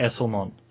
Esselmont